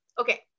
okay